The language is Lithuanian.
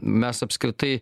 mes apskritai